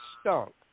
stunk